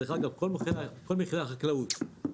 ובכלל מחירי החקלאות,